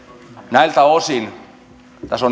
näiltä osin tässä